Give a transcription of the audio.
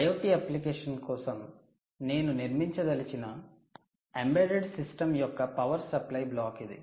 IoT application కోసం నేను నిర్మించదలిచిన ఎంబెడెడ్ సిస్టమ్ యొక్క పవర్ సప్లై బ్లాక్ ఇది